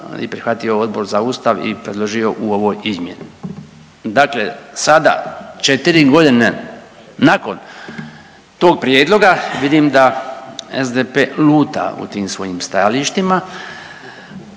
i prihvatio Odbor za Ustav i predložio u ovoj izmjeni. Dakle, sada 4 godine nakon tog prijedloga vidim da SDP luta u tim svojim stajalištima